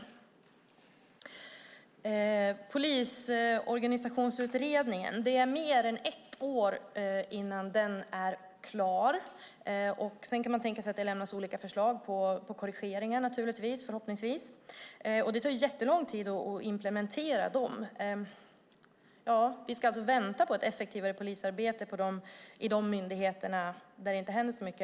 Det är mer än ett år kvar tills utredningen av polisorganisationen är klar. Sedan ska det naturligtvis lämnas förslag på korrigeringar. Det tar lång tid att implementera dem. Vi ska alltså vänta på ett effektivare polisarbete i de myndigheter där det inte händer så mycket.